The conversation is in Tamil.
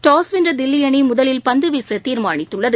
டாஸ் வென்ற தில்லி அணி முதலில் பந்து வீச தீர்மானித்துள்ளது